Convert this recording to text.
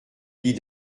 dit